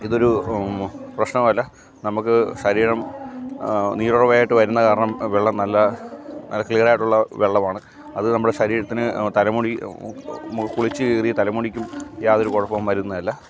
ഇതൊരു പ്രശ്നമല്ല നമുക്ക് ശരീരം നീരുറവയായിട്ട് വരുന്നത് കാരണം വെള്ളം നല്ല ക്ലീയർ ആയിട്ടുള്ള വെള്ളമാണ് അത് നമ്മുടെ ശരീരത്തിന് തലമുടി കുളിച്ചു കയറിയ തലമുടിക്കും യാതൊരു കുഴപ്പവും വരുന്നതല്ല